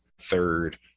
third